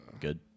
Good